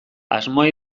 asmoa